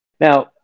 now